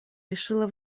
решила